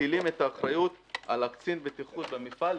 מטילים את האחריות על קצין הבטיחות במפעל,